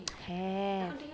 have